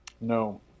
no